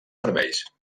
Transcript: serveis